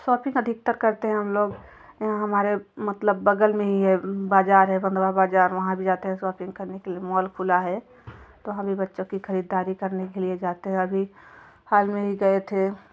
shopping अधिकतर करते हैं हम लोग यहाँ हमारे मतलब बग़ल में ही है बाज़ार है बंधवा बाज़ार वहाँ भी जाते हैं सॉपिंग करने के लिए मॉल खुला है तो हमें बच्चों की ख़रीदारी करने के लिए जाते हैं अभी हाल में ही गए थे